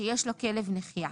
שיש לו כלב נחייה).